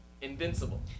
Invincible